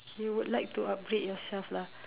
you would like to update yourself lah